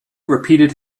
repeated